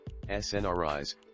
snris